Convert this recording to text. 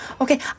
Okay